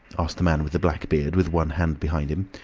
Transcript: asked the man with the black beard, with one hand behind him.